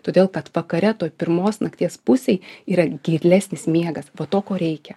todėl kad vakare toj pirmos nakties pusėj yra gilesnis miegas va to ko reikia